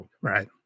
Right